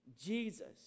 Jesus